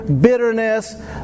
bitterness